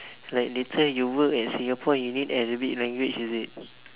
like later you work at Singapore you need Arabic language is it